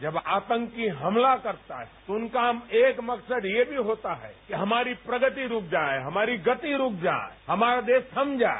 जब आतंकी हमला करता है तो उनका एक मकसद यह भी होता है कि हमारी प्रगति रूक जाए हमारी गति रूक जाए हमारा देश थम जाए